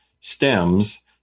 stems